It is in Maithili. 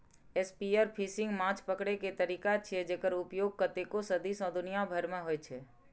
स्पीयरफिशिंग माछ पकड़ै के तरीका छियै, जेकर उपयोग कतेको सदी सं दुनिया भरि मे होइ छै